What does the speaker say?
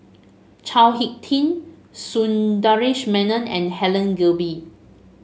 Chao HicK Tin Sundaresh Menon and Helen Gilbey